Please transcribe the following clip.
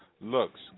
looks